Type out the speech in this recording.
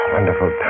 Wonderful